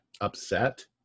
upset